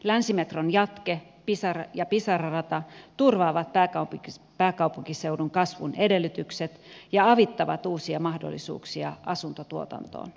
länsimetron jatke ja pisara rata turvaavat pääkaupunkiseudun kasvun edellytykset ja avittavat uusia mahdollisuuksia asuntotuotantoon